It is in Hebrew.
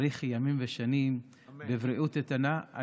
תאריכי ימים ושנים בבריאות איתנה.